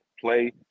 Play